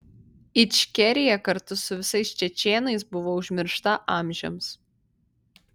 ičkerija kartu su visais čečėnais buvo užmiršta amžiams